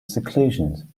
seclusion